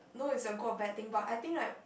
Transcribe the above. no it's a good or bad thing but I think like